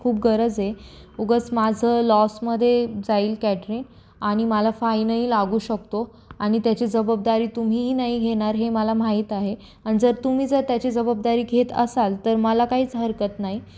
खूप गरज आहे उगाच माझं लॉसमध्ये जाईल कॅटरिंग आणि मला फाईनही लागू शकतो आणि त्याची जबाबदारी तुम्हीही नाही घेणार हे मला माहीत आहे आणि जर तुम्ही जर त्याची जबबाबदारी घेत असाल तर मला काहीच हरकत नाही